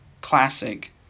classic